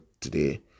today